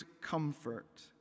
comfort